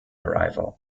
arrival